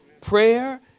Prayer